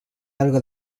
algo